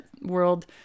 world